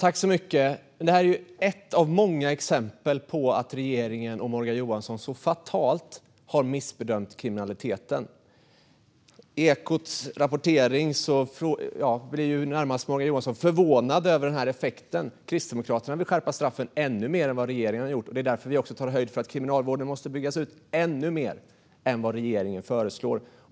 Fru talman! Detta är ett av många exempel på att regeringen och Morgan Johansson har missbedömt kriminaliteten fatalt. När det gäller Ekots rapportering blir Morgan Johansson närmast förvånad över effekten. Kristdemokraterna vill skärpa straffen ännu mer än vad regeringen har gjort. Det är därför vi tar höjd för att kriminalvården måste byggas ut ännu mer än vad regeringen föreslår.